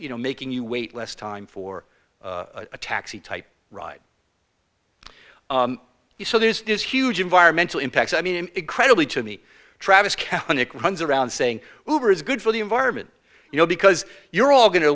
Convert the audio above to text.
you know making you wait less time for a taxi type ride so there's this huge environmental impacts i mean it credibly to me travis county runs around saying hoover is good for the environment you know because you're all going to